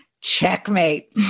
checkmate